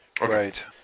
Right